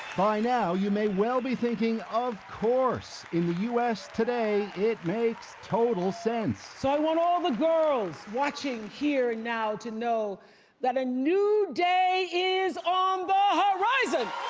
by now you may well be thinking, of course! in the u s. today it total sense. so i want all of the girls watching here now to know that a new day is on the horizon!